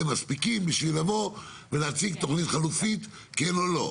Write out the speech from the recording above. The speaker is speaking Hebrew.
מספיקים בשביל לבוא ולהציג תוכנית חלופית כן או לא.